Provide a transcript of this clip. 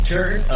Turn